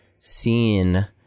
seen